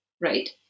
right